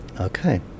Okay